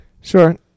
Sure